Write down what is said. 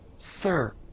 sir.